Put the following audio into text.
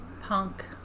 punk